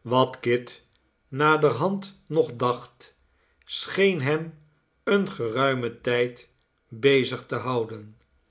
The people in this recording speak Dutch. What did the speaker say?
wat kit naderhand nog dacht scheen hem een geruimen tijd bezig te houden